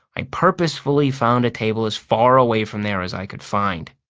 i purposely found a table as far away from there as i could find.